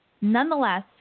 Nonetheless